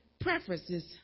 preferences